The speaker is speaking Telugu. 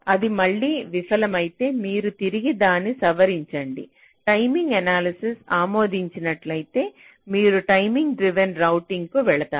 అది మళ్ళీ విఫలమైతే మీరు తిరిగి దాన్ని సవరించండి టైమింగ్ ఎనాలసిస్ ఆమోదించినట్లయితే మీరు టైమింగ్ డ్రివెన్ రౌటింగ్కు వెళతారు